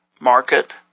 market